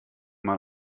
mal